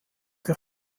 der